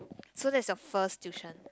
so that's your first tuition